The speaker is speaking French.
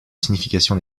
signification